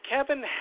Kevin